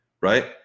right